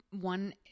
one